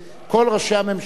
כל ראשי הממשלה,